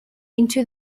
into